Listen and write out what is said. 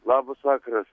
labas vakaras